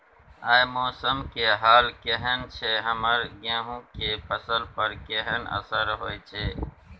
आय मौसम के हाल केहन छै हमर गेहूं के फसल पर केहन असर होय छै?